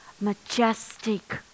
majestic